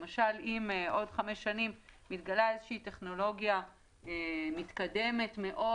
למשל אם בעוד חמש שנים תתגלה איזו טכנולוגיה מתקדמת מאוד